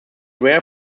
rare